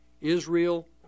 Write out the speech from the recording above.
Israel